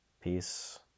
Peace